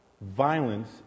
violence